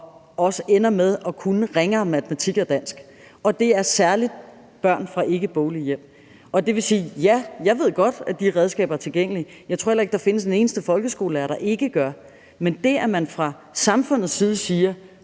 også ender med at kunne matematik og dansk ringere, og det er særlig børn fra ikkeboglige hjem. Det vil sige, at ja, jeg ved godt, at de redskaber er tilgængelige. Det tror jeg heller ikke der findes en eneste folkeskolelærer der ikke gør. Men det, at man fra samfundets side siger